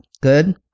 Good